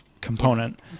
component